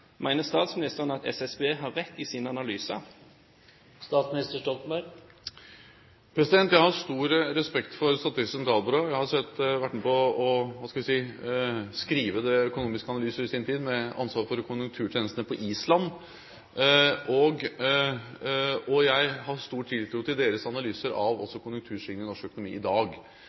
statsministeren at SSB har rett i sin analyse? Jeg har stor respekt for Statistisk sentralbyrå – jeg har selv vært med på å skrive økonomiske analyser i sin tid, med ansvar for konjunkturtjenestene på Island – og jeg har stor tiltro til deres analyser av konjunktursvingningene i norsk økonomi i dag.